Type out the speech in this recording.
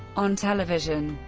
on television,